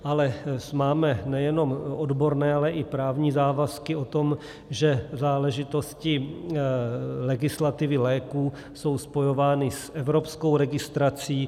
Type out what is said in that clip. Ale máme nejenom odborné, ale i právní závazky o tom, že záležitosti legislativy léků jsou spojovány s evropskou registrací.